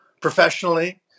professionally